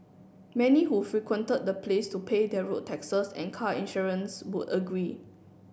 many who frequented the place to pay their road taxes and car insurance would agree